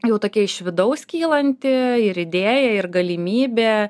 jau tokia iš vidaus kylanti ir idėja ir galimybė